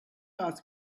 ask